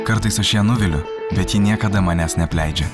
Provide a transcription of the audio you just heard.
kartais aš ją nuviliu bet ji niekada manęs neapleidžia